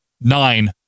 nine